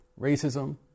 racism